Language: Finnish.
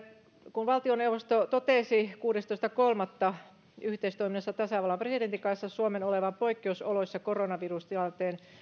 kun valtioneuvosto totesi kuudestoista kolmatta yhteistoiminnassa tasavallan presidentin kanssa suomen olevan poikkeusoloissa koronavirustilanteen